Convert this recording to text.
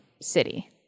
city